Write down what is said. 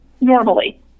normally